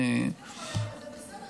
אדוני השר,